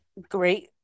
great